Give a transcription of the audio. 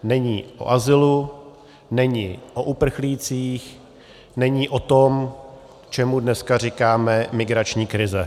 Není o azylu, není o uprchlících, není o tom, čemu dneska říkáme migrační krize.